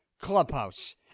clubhouse